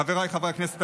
חבריי חברי הכנסת,